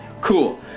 Cool